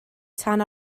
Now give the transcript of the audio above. tan